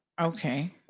Okay